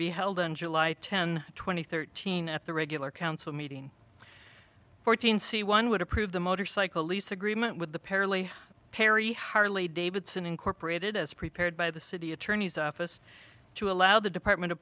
be held in july ten twenty thirteen at the regular council meeting fourteen c one would approve the motorcycle lease agreement with the pair lee perry harley davidson incorporated as prepared by the city attorney's office to allow the department of